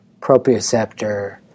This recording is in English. proprioceptor